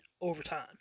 Overtime